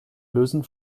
lösen